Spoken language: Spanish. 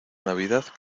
navidad